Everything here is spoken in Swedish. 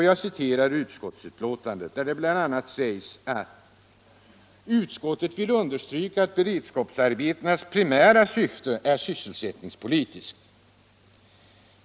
Jag citerar ut utskottsbetänkandet, där det bl.a. sägs, att utskottet vill ”understryka att beredskapsarbetenas primära syfte är sysselsättningspolitiskt.